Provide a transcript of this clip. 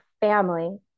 family